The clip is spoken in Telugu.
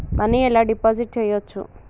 మనీ ఎలా డిపాజిట్ చేయచ్చు?